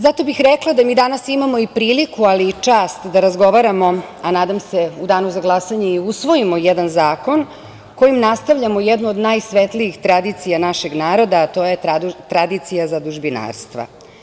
Zato bih rekla da mi danas imamo i priliku ali i čast da razgovaramo, a nadam se u danu za glasanje i usvojimo, jedan zakon kojim nastavljamo jednu od najsvetlijih tradicija našeg naroda, a to je tradicija zadužbinarstva.